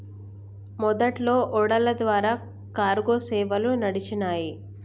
మొదట్లో ఓడల ద్వారా కార్గో సేవలు నడిచినాయ్